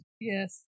Yes